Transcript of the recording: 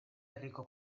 herriko